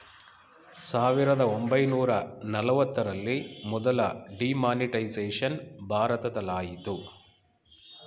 ಸಾವಿರದ ಒಂಬೈನೂರ ನಲವತ್ತರಲ್ಲಿ ಮೊದಲ ಡಿಮಾನಿಟೈಸೇಷನ್ ಭಾರತದಲಾಯಿತು